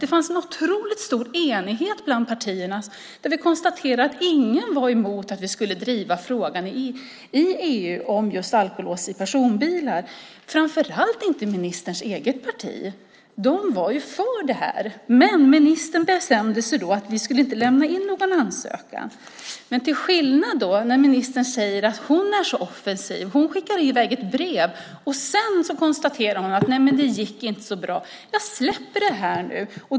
Det fanns en stor enighet bland partierna, och vi konstaterade att ingen var emot att vi skulle driva frågan om alkolås i personbilar i EU, framför allt inte ministerns eget parti. Där var man för detta. Ministern bestämde sig för att vi inte skulle lämna in någon ansökan. Ministern säger att hon är så offensiv och skickade iväg ett brev. Sedan konstaterar hon att det inte gick så bra och säger: Jag släpper det här nu.